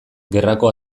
gerrako